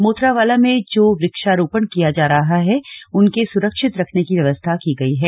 मोथरावाला में जो वृक्षारोपण किया जा रहा है उनके सुरक्षित रखने की व्यवस्था की गई है